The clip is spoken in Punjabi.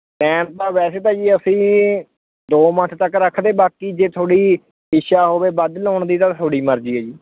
ਟਾਈਮ ਤਾਂ ਵੈਸੇ ਭਾਜੀ ਅਸੀਂ ਦੋ ਮੰਨਥ ਤੱਕ ਰੱਖਦੇ ਬਾਕੀ ਜੇ ਤੁਹਾਡੀ ਇੱਛਾ ਹੋਵੇ ਵੱਧ ਲਾਉਣ ਦੀ ਤਾਂ ਤੁਹਾਡੀ ਮਰਜ਼ੀ ਹੈ ਜੀ